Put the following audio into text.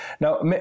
Now